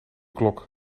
klok